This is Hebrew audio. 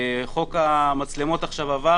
חוק המצלמות עבר,